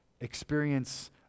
experience